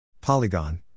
Polygon